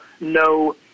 no